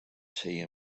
tea